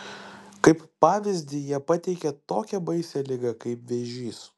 kaip pavyzdį jie pateikė tokią baisią ligą kaip vėžys